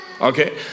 okay